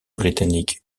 britannique